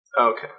Okay